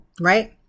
Right